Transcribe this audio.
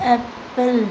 apple